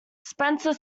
spencer